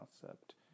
concept